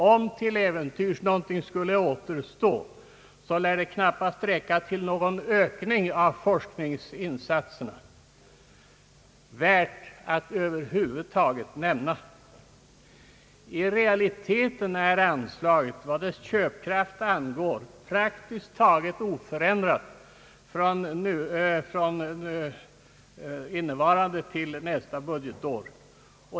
Om till äventyrs någonting skulle återstå, lär det knappast räcka till någon ökning av forskningsinsatserna värd att över huvud taget nämna. I realiteten är anslaget, vad köpkraften angår, praktiskt taget oförändrat från innevarande år till nästa budgetår.